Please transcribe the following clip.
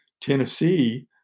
Tennessee